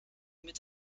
mit